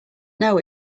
know